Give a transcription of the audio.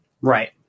right